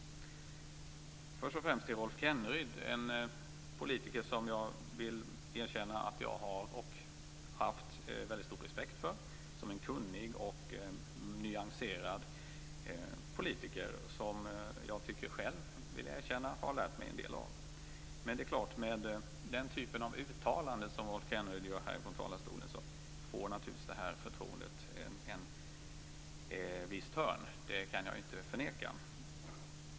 Rolf Kenneryd är en politiker som jag har haft och har väldigt stor respekt för. Han är en kunnig och nyanserad politiker, som, det vill jag erkänna, jag har lärt mig en del av. Men i och med den typ av uttalanden som Rolf Kenneryd gjorde från talarstolen får sig det förtroendet naturligtvis en viss törn. Det kan jag inte förneka.